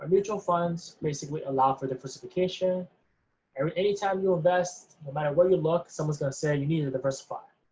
mutual funds basically allow for diversification anytime you invest. no matter where you look someone's gonna say you need to diversify.